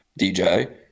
DJ